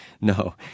No